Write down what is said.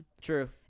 true